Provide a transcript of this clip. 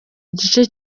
igice